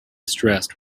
stressed